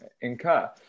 incur